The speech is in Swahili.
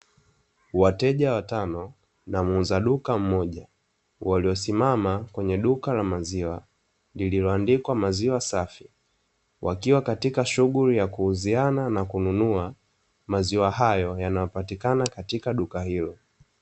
Wateja watano na muuza duka mmoja waliosimama kwenye duka la maziwa, lililoandikwa 'maziwa safi' wakiwa katika shughuli ya kuuziana na kununua maziwa hayo yanayopatikana katika duka hilo.